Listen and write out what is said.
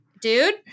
dude